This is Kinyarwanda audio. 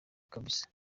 kabisa